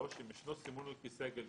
אם ישנו סימון על כיסא הגלגלים,